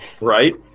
Right